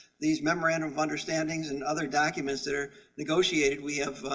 these memorandum of understandings and other documents they're negotiated. we have.